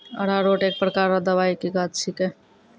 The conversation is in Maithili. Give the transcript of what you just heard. अरारोट एक प्रकार रो दवाइ के गाछ छिके